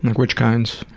which kinds?